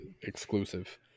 exclusive